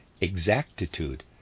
exactitude